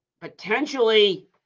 potentially